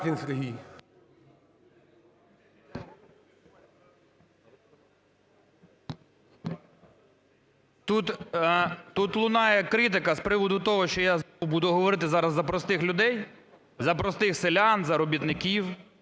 Тут лунає критика з приводу того, що я зараз буду говорити за простих людей, за простих селян, за робітників,